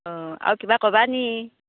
অ' আৰু কিবা কবা নেকি